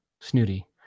snooty